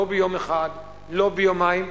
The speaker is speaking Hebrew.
לא ביום אחד, לא ביומיים,